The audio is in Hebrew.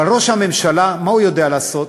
אבל ראש הממשלה, מה הוא יודע לעשות?